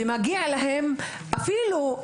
ומגיע להם חלק